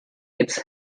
its